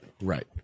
Right